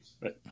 Right